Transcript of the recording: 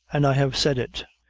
an i have said it.